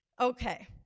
Okay